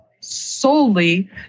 solely